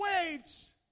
waves